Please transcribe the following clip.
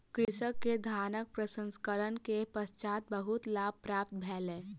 कृषक के धानक प्रसंस्करण के पश्चात बहुत लाभ प्राप्त भेलै